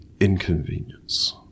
inconvenience